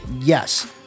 yes